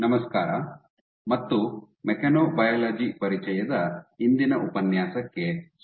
ನಮಸ್ಕಾರ ಮತ್ತು ಮೆಕ್ಯಾನೊಬಯಾಲಜಿ ಪರಿಚಯದ ಇಂದಿನ ಉಪನ್ಯಾಸಕ್ಕೆ ಸ್ವಾಗತ